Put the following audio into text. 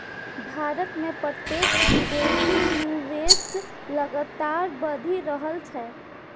भारत मे प्रत्यक्ष विदेशी निवेश लगातार बढ़ि रहल छै